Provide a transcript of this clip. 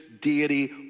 deity